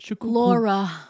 Laura